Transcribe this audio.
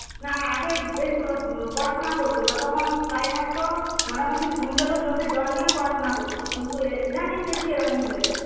না আগে বেশ পড়াশোনা করত যতক্ষণ কাজ থাকত মোটামুটি ঘুম পেলেও চোখে জল নিয়েও পড়াশোনা করত কিন্তু ইদানিং দেখছি এরকম হয়ে গেছে